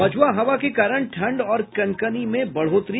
पछुआ हवा के कारण ठंड और कनकनी में बढ़ोतरी